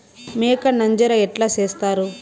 మేక నంజర ఎట్లా సేస్తారు?